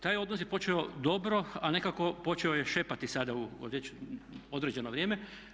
Taj odnos je počeo dobro, a nekako počeo je šepati sada u određeno vrijeme.